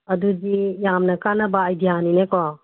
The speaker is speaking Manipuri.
ꯑꯗꯨꯗꯤ ꯌꯥꯝꯅ ꯀꯥꯟꯅꯕ ꯑꯥꯏꯗꯤꯌꯥꯅꯤꯅꯦ ꯀꯣ